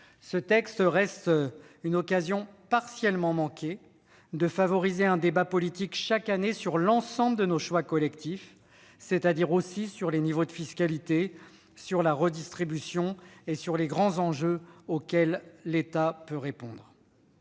organique reste une occasion partiellement manquée de rendre possible un débat collectif annuel sur l'ensemble de nos choix collectifs, c'est-à-dire aussi sur le niveau de la fiscalité, la redistribution et les grands enjeux auxquels l'État peut répondre.